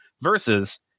versus